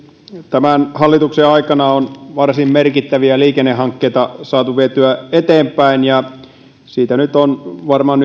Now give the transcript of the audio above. tämän hallituksen aikana on varsin merkittäviä liikennehankkeita saatu vietyä eteenpäin siitä nyt on varmaan